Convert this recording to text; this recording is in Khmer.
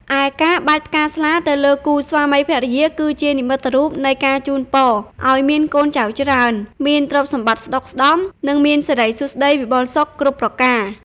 ឯការបាចផ្កាស្លាទៅលើគូស្វាមីភរិយា គឺជានិមិត្តរូបនៃការជូនពរឱ្យមានកូនចៅច្រើន មានទ្រព្យសម្បត្តិស្តុកស្តម្ភ និងមានសិរីសួស្តីវិបុលសុខគ្រប់ប្រការ ។